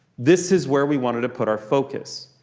this is where we wanted to put our focus.